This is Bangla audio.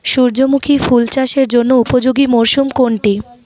সূর্যমুখী ফুল চাষের জন্য উপযোগী মরসুম কোনটি?